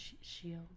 shield